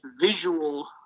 visual